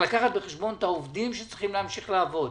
לקחת בחשבון את העובדים שצריכים להמשיך לעבוד,